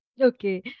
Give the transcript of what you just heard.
Okay